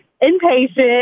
impatient